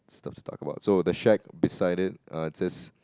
stuff to talk about so the shack beside it er it says